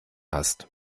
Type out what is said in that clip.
hast